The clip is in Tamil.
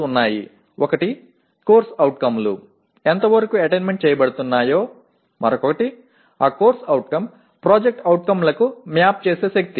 ஒன்று CO கள் எந்த அளவிற்கு அடையப்படுகின்றன மற்றொன்று அந்த CO ஆனது PO களை எந்த அளவிற்கு கோப்பிடுகிறது